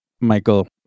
Michael